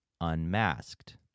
unmasked